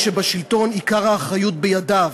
שבשלטון, עיקר האחריות בידיו.